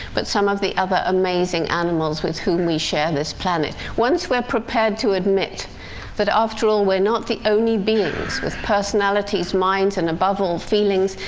but some of the other amazing animals with whom we share this planet. once we're prepared to admit that after all, we're not the only beings with personalities, minds and above all feelings,